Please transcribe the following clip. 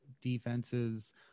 defenses